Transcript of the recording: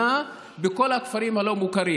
כרגע, במצב האבסורדי הזה.